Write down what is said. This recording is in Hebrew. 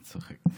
שלוש דקות לרשותך.